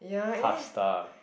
pasta